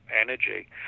energy